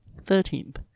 Thirteenth